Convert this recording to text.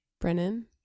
Brennan